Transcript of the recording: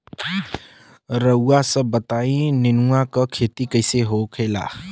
रउआ सभ बताई नेनुआ क खेती कईसे होखेला?